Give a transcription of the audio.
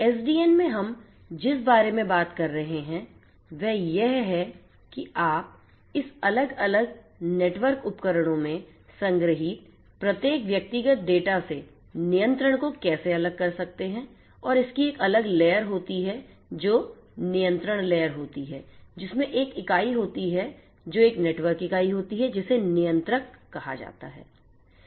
SDN में हम जिस बारे में बात कर रहे हैं वह यह है कि आप इस अलग अलग नेटवर्क उपकरणों में संग्रहीत प्रत्येक व्यक्तिगत डेटा से नियंत्रण को कैसे अलग कर सकते हैं और इसकी एक अलग लेयर होती है जो नियंत्रण लेयर होती है जिसमें एक इकाई होती है जो एक नेटवर्क इकाई होती है जिसे नियंत्रक कहा जाता है